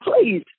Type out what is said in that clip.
please